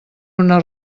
una